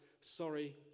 sorry